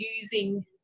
using